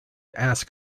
ask